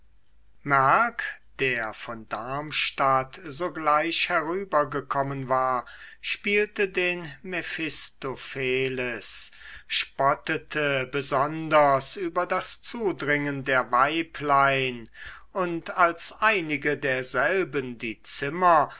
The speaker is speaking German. merck der von darmstadt sogleich herübergekommen war spielte den mephistopheles spottete besonders über das zudringen der weiblein und als einige derselben die zimmer